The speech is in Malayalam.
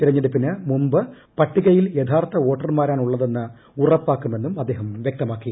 തെരെഞ്ഞെടുപ്പിന് മുമ്പ് പട്ടികയിൽ യഥാർത്ഥ വോട്ടർമാരാണ് ഉളളത് എന്ന് ഉറപ്പാക്കുമെന്ന് അദ്ദേഹം വൃക്തമാക്കി